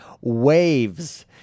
waves